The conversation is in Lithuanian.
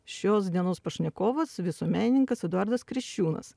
šios dienos pašnekovas visuomenininkas eduardas kriščiūnas